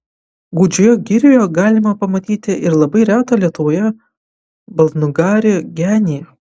gūdžioje girioje galima pamatyti ir labai retą lietuvoje baltnugarį genį